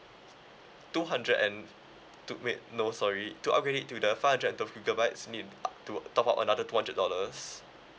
two hundred and two wait no sorry to upgrade it to the five hundred and twelve gigabytes need to top up another two hundred dollars